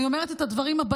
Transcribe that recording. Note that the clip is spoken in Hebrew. אני אומרת את הדברים הבאים,